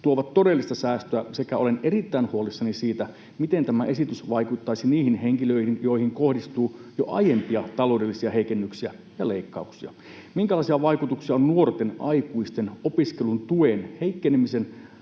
tuovat todellista säästöä, sekä olen erittäin huolissani siitä, miten tämä esitys vaikuttaisi niihin henkilöihin, joihin kohdistuu jo aiempia taloudellisia heikennyksiä ja leikkauksia, minkälaisia vaikutuksia on nuorten aikuisten opiskelun tuen heikkenemisen